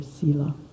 sila